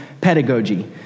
pedagogy